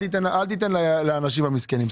אל תיתן לאנשים המסכנים.